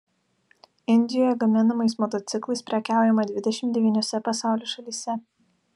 indijoje gaminamais motociklais prekiaujama dvidešimt devyniose pasaulio šalyse